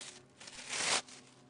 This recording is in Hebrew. טיפול בים המלח הוא בערך שבועיים עד